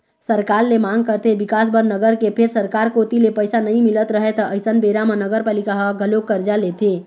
सरकार ले मांग करथे बिकास बर नगर के फेर सरकार कोती ले पइसा नइ मिलत रहय त अइसन बेरा म नगरपालिका ह घलोक करजा लेथे